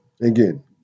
again